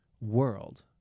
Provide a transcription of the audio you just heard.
world